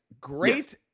great